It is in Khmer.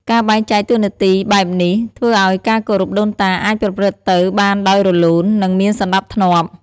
ការបែងចែកតួនាទីបែបនេះ ធ្វើឱ្យការគោរពដូនតាអាចប្រព្រឹត្តទៅបានដោយរលូន និងមានសណ្ដាប់ធ្នាប់។